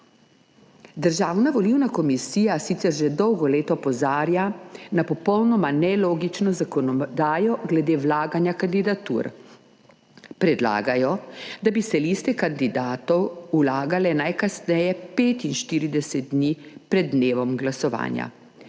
Državna volilna komisija sicer že dolgo let opozarja na popolnoma nelogično zakonodajo glede vlaganja kandidatur. Predlagajo, da bi se liste kandidatov vlagale najkasneje 45 dni pred dnevom glasovanja.